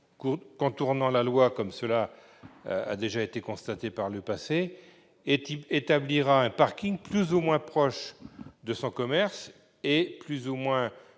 contournant la loi, comme cela s'est déjà vu par le passé, établirait un parking plus ou moins proche de son commerce et plus ou moins